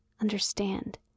understand